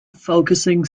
focusing